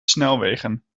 snelwegen